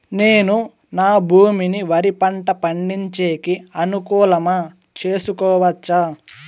నేను నా భూమిని వరి పంట పండించేకి అనుకూలమా చేసుకోవచ్చా?